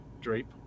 drape